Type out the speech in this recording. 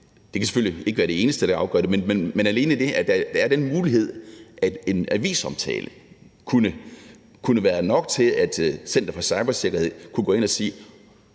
Det kan selvfølgelig ikke være det eneste, der afgør det, men alene det, at der er den mulighed, at en avisomtale kunne være nok til, at Center for Cybersikkerhed kunne gå ind at sige,